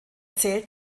zählt